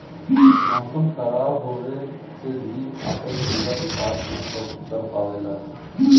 मौसम खराब होवे से बीज आपन पूरा विकास न कर पावेला